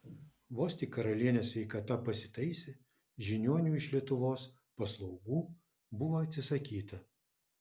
vos tik karalienės sveikata pasitaisė žiniuonių iš lietuvos paslaugų buvo atsisakyta